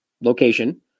location